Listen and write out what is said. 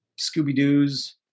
Scooby-Doo's